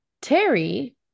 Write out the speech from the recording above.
Terry